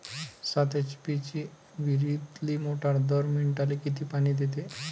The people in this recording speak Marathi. सात एच.पी ची विहिरीतली मोटार दर मिनटाले किती पानी देते?